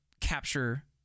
capture